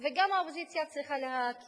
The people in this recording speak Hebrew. וגם האופוזיציה צריכה להכיר,